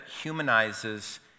humanizes